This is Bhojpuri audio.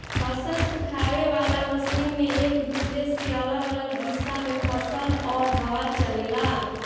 फसल सुखावे वाला मशीन में एक दूसरे से अलग अलग दिशा में फसल और हवा चलेला